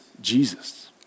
Jesus